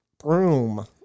Broom